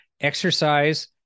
exercise